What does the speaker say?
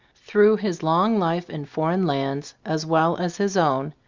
through his long life in foreign lands as well as his own,